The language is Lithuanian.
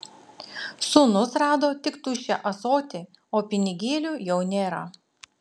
sūnus rado tik tuščią ąsotį o pinigėlių jau nėra